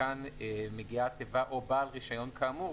כאן מגיעה תיבה "או בעל רישיון כאמור",